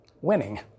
winning